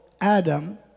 Adam